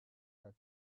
the